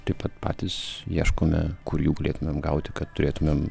taip pat patys ieškome kur jų galėtumėm gauti kad turėtumėm